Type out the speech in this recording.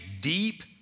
deep